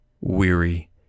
weary